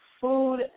food